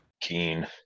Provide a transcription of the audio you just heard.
Keen